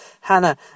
Hannah